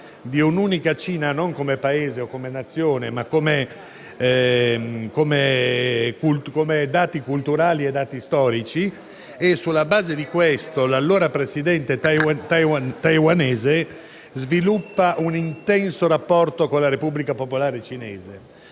di un'unica Cina non come Paese o come Nazione, ma come dati culturali e storici. Sulla base di questo accordo, l'allora presidente taiwanese sviluppò un intenso rapporto con la Repubblica popolare cinese.